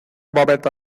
momento